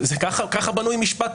ככה בנוי משפט פלילי.